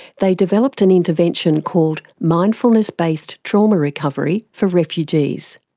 they developed an intervention called mindfulness based trauma recovery for refugees.